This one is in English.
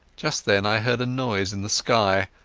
just then i heard a noise in the sky,